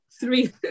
three